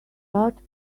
art